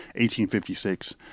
1856